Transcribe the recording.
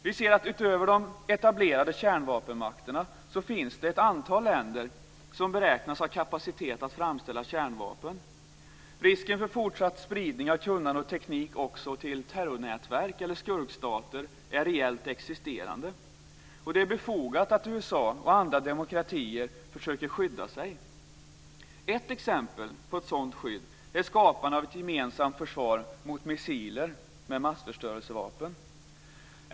Vi ser att utöver de etablerade kärnvapenmakterna finns det ett antal länder som beräknas ha kapacitet att framställa kärnvapen. Risken för fortsatt spridning av kunnande och teknik också till terrornätverk eller skurkstater är reellt existerande. Det är befogat att USA och andra demokratier försöker skydda sig. Ett exempel på ett sådant skydd är skapandet av ett gemensamt försvar mot missiler med massförstörelsevapen.